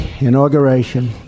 inauguration